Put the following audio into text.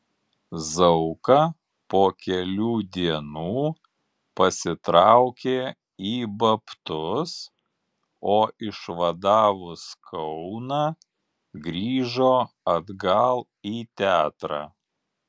zauka po kelių dienų pasitraukė į babtus o išvadavus kauną grįžo atgal į teatrą